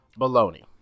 baloney